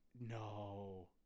no